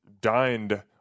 dined